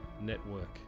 network